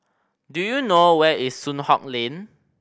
do you know where is Soon Hock Lane